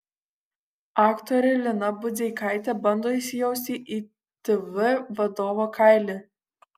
aktorė lina budzeikaitė bando įsijausti į tv vadovo kailį